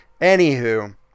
Anywho